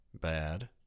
Bad